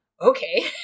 okay